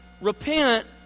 Repent